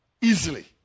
easily